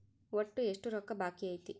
ಒಟ್ಟು ಎಷ್ಟು ರೊಕ್ಕ ಬಾಕಿ ಐತಿ?